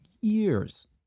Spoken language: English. years